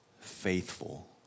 Faithful